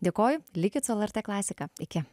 dėkoju likit su el er t klasika iki